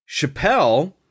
Chappelle